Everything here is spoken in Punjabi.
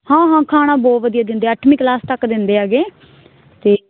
ਹਾਂ ਹਾਂ ਖਾਣਾ ਬਹੁਤ ਵਧੀਆ ਦਿੰਦੇ ਅੱਠਵੀਂ ਕਲਾਸ ਤੱਕ ਦਿੰਦੇ ਹੈਗੇ ਤੇ